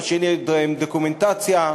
השני דוקומנטציה,